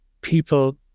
people